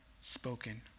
spoken